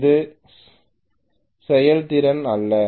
அது செயல்திறன் அல்ல